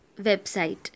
website